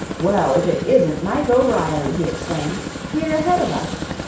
well, if it isn't mike o'reilly! he exclaimed here ahead of us.